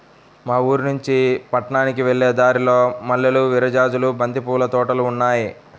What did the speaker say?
మా ఊరినుంచి పట్నానికి వెళ్ళే దారిలో మల్లెలు, విరజాజులు, బంతి పూల తోటలు ఉన్నాయ్